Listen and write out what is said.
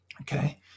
okay